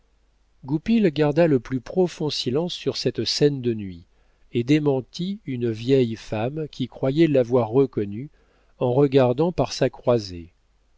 goupil garda le plus profond silence sur cette scène de nuit et démentit une vieille femme qui croyait l'avoir reconnu en regardant par sa croisée